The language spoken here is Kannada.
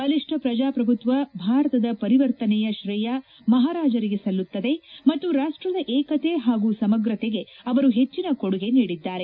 ಬಲಿಷ್ಠ ಪ್ರಜಾಪ್ರಭುತ್ವ ಭಾರತದ ಪರಿವರ್ತನೆಯ ಶ್ರೇಯ ಮಹಾರಾಜರಿಗೆ ಸಲ್ಲುತ್ತದೆ ಮತ್ತು ರಾಷ್ಟದ ಏಕತೆ ಮತ್ತು ಸಮಗ್ರತೆಗೆ ಅವರು ಹೆಚ್ಚನ ಕೊಡುಗೆ ನೀಡಿದ್ದಾರೆ